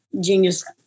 genius